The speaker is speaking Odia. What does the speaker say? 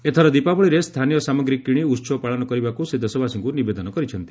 ଏଥର ଦୀପାବଳିରେ ସ୍ଥାନୀୟ ସାମଗ୍ରୀ କିଣି ଉତ୍ସବ ପାଳନ କରିବାକୁ ସେ ଦେଶବାସୀଙ୍କୁ ନିବେଦନ କରିଛନ୍ତି